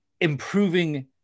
improving